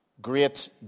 great